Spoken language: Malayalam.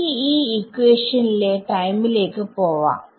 എനിക്ക് ഈ ഇക്വേഷനിലെ ടൈമിലേക്ക് പോവാം